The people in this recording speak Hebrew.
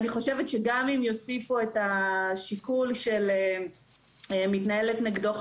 אני חושבת שגם אם יוסיפו את השיקול של חקירה שמתנהלת נגדו,